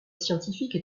scientifique